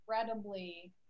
incredibly